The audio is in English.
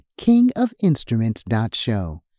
kingofinstruments.show